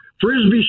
Frisbee